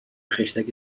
خشتک